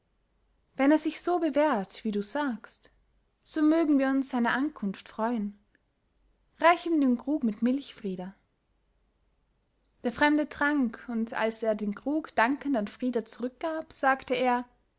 wenn er sich so bewährt wie du sagst so mögen wir uns seiner ankunft freuen reich ihm den krug mit milch frida der fremde trank und als er den krug dankend an frida zurückgab sagte er